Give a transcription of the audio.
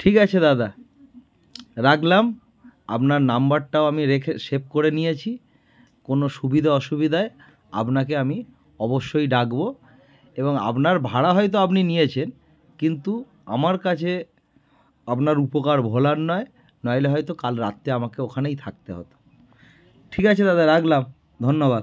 ঠিক আছে দাদা রাখলাম আপনার নাম্বারটাও আমি রেখে সেভ করে নিয়েছি কোনও সুবিধা অসুবিধায় আপনাকে আমি অবশ্যই ডাকবো এবং আপনার ভাড়া হয়তো আপনি নিয়েছেন কিন্তু আমার কাছে আপনার উপকার ভোলার নয় নইলে হয়তো কাল রাত্রে আমাকে ওখানেই থাকতে হতো ঠিক আছে দাদা রাখলাম ধন্যবাদ